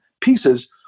pieces